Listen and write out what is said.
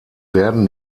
werden